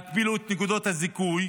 להקפיא לו את נקודות הזיכוי,